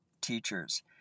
teachers